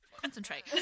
concentrate